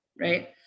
right